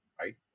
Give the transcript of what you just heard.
right